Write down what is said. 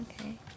Okay